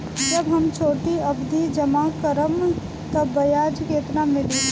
जब हम छोटी अवधि जमा करम त ब्याज केतना मिली?